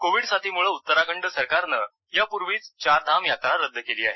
Covid साथीमुळं उत्तराखंड सरकारनं यापूर्वीच चारधाम यात्रा रद्द केली आहे